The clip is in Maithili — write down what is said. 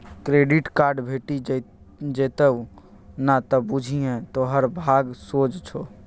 क्रेडिट कार्ड भेटि जेतउ न त बुझिये तोहर भाग सोझ छौ